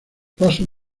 pasos